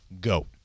Go